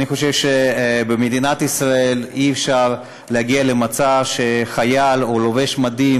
אני חושב שבמדינת ישראל אי-אפשר להגיע למצב שחייל או לובש מדים